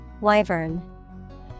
Wyvern